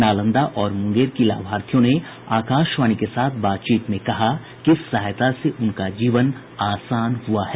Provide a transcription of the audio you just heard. नालंदा और मुंगेर की लाभार्थियों ने आकाशवाणी के साथ बातचीत में कहा कि इस सहायता से उनका जीवन आसान हुआ है